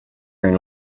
earn